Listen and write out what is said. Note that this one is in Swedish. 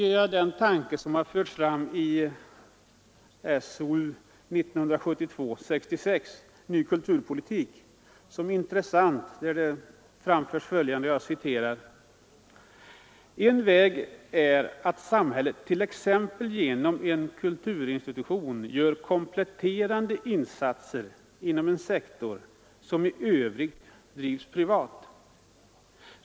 Följande tanke, som förs fram i SOU 1972:66, Ny kulturpolitik, är intressant: ”En väg är att samhället t.ex. genom en kulturinstitution gör kompletterande insatser inom en sektor som i övrigt drivs privat.